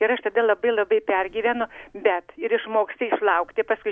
ir aš tada labai labai pergyvenu bet ir išmoksti išlaukti paskui